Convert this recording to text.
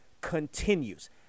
continues